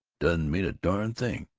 doesn't mean a darn thing.